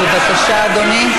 בבקשה, אדוני.